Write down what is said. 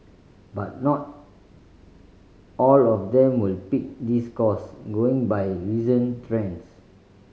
but not all of them will pick this course going by recent trends